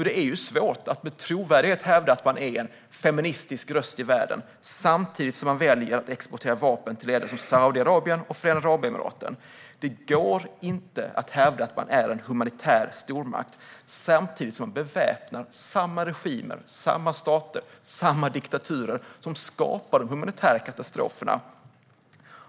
Det är svårt att med trovärdighet hävda att man är en feministisk röst i världen samtidigt som man väljer att exportera vapen till länder som Saudiarabien och Förenade Arabemiraten. Det går inte att hävda att man är en humanitär stormakt samtidigt som man beväpnar samma regimer, samma stater och samma diktaturer som skapar de humanitära katastroferna.